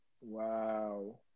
wow